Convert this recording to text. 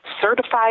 certified